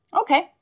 Okay